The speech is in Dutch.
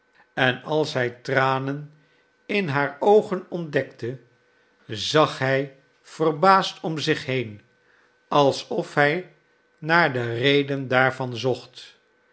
en als hij tranen in hare oogen ontdekte zag hij verbaasd om zich heen alsof hij naar de reden daarvan zocht